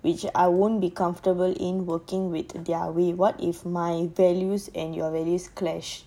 which I won't be comfortable in working with their way what if my values and their values clash